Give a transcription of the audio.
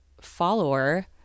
follower